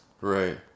Right